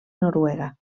noruega